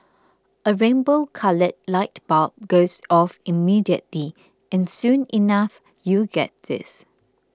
a rainbow coloured light bulb goes off immediately and soon enough you get this